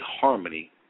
harmony